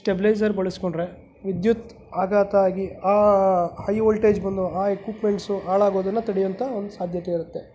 stabiliser ಬಳಸಿಕೊಂಡ್ರೆ ವಿದ್ಯುತ್ ಆಘಾತ ಆಗಿ ಆ ಹೈ ವೋಲ್ಟೇಜ್ ಬಂದು ಆ ಇಕ್ವುಪ್ಮೆಂಟ್ಸು ಹಾಳಾಗೋದನ್ನು ತಡಿಯೋಂಥ ಒಂದು ಸಾಧ್ಯತೆ ಇರುತ್ತೆ